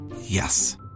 Yes